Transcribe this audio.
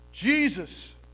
Jesus